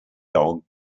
dog